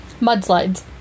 Mudslides